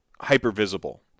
hyper-visible